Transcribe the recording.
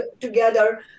together